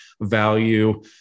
value